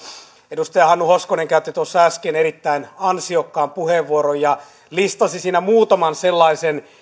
edustaja hannu hoskonen käytti tuossa äsken erittäin ansiokkaan puheenvuoron ja listasi siinä muutaman sellaisen